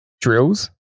drills